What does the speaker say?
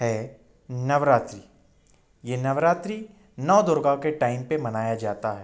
है नवरात्रि ये नवरात्रि नौ दुर्गा के टाइम पर मनाया जाता है